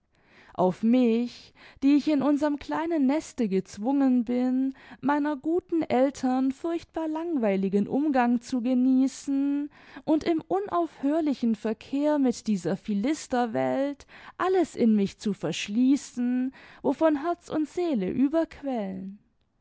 auf mich die ich in unserm kleinen neste gezwungen bin meiner guten eltern furchtbar langweiligen umgang zu genießen und im unaufhörlichen verkehr mit dieser philisterwelt alles in mich zu verschließen wovon herz und seele überquellen